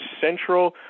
central